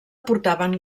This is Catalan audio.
portaven